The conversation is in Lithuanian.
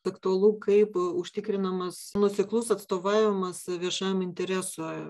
aktualu kaip užtikrinamas nuoseklus atstovavimas viešajam intereso